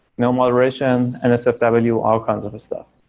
no moderation and sfw all kinds of stuff.